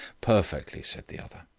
perfectly, said the other.